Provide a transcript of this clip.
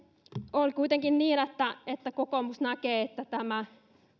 on kuitenkin niin että kokoomus näkee että